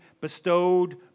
bestowed